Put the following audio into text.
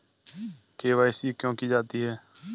KYC क्यों की जाती है?